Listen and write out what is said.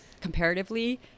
comparatively